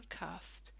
podcast